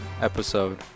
episode